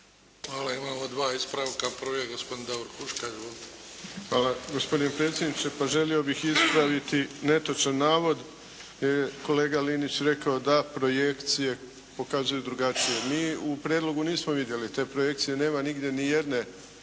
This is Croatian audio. Hvala. Imamo dva ispravka. Prvi je gospodin Davor Huška. Izvolite. **Huška, Davor (HDZ)** Hvala. Gospodine predsjedniče pa želio bih ispraviti netočan navod jer je kolega Linić rekao da projekcije pokazuju drugačije. Mi u prijedlogu nismo vidjeli te projekcije, nema nigdje ni jedne